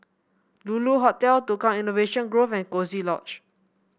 Lulu Hotel Tukang Innovation Grove and Coziee Lodge